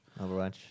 Overwatch